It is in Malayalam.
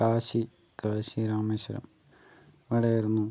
കാശി കാശി രാമേശ്വരം അവിടെയായിരുന്നു